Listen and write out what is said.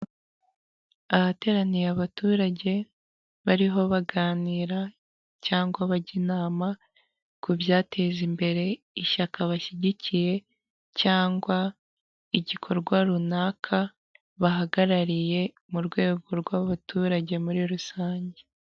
Ahateraniye abaturage bariho baganira cyangwa bajya inama, ku byateza imbere ishyaka bashyigikiye cyangwa igikorwa runaka bahagarariye mu rwego rw'abaturage muri rusange.